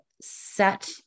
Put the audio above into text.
set